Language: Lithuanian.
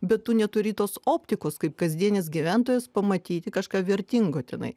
bet tu neturi tos optikos kaip kasdienis gyventojas pamatyti kažką vertingo tenai